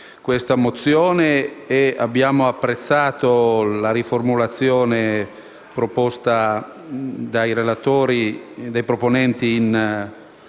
quale abbiamo apprezzato la riformulazione proposta dai proponenti